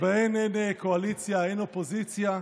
שבהן אין קואליציה, אין אופוזיציה,